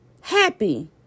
happy